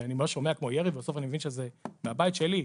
שאני ממש שומע כמו ירי ובסוף אני מבין שזה מהבית שלי,